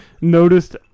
noticed